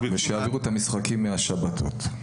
ושיעתיקו את המשחקים מהשבתות.